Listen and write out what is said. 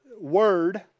word